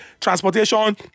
transportation